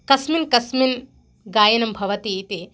कस्मिन् कस्मिन् गायनं भवति इति